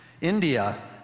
India